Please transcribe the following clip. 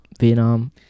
Vietnam